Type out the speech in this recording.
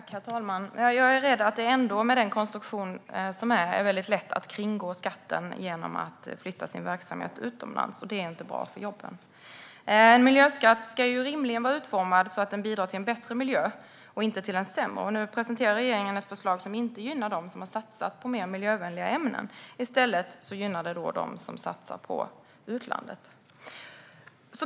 Herr talman! Jag är rädd att det ändå är väldigt lätt att kringgå skatten med den konstruktion som är genom att flytta sin verksamhet utomlands. Det är inte bra för jobben. En miljöskatt ska rimligen vara utformad så att den bidrar till en bättre miljö och inte till en sämre. Nu presenterar regeringen ett förslag som inte gynnar dem som har satsat på mer miljövänliga ämnen. I stället gynnar det dem som satsar på utlandet.